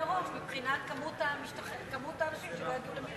מראש מבחינת האנשים שלא יצאו למילואים.